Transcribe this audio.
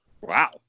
Wow